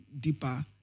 deeper